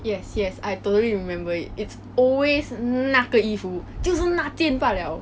yes yes I totally remember it it's always 那个衣服就是那件罢了